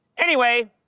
anyway,